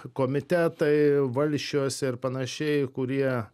komitetai valsčiuose ir panašiai kurie